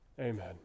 Amen